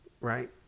Right